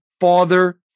father